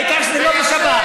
העיקר שזה לא בשבת.